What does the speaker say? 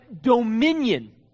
dominion